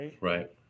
right